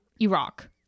Iraq